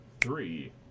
three